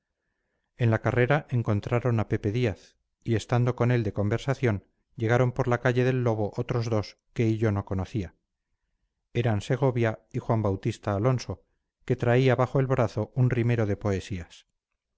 en la carrera encontraron a pepe díaz y estando con él de conversación llegaron por la calle del lobo otros dos que hillo no conocía eran segovia y juan bautista alonso que traía bajo el brazo un rimero de poesías